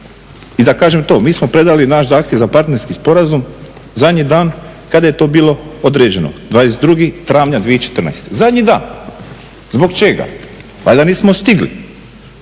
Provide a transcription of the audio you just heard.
I da kažem to, mi smo predali naš zahtjev za partnerski sporazum zadnji dan kada je to bilo određeno 22.travnja 2014., zadnji dan. Zbog čega? Valjda nismo stigli.